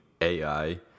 AI